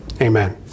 amen